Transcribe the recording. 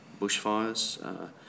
bushfires